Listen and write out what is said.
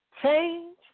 Change